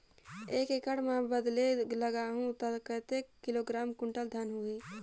एक एकड़ मां बदले लगाहु ता कतेक किलोग्राम कुंटल धान होही?